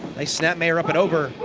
nice snapmare up and over,